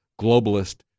globalist